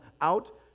out